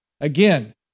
Again